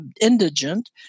indigent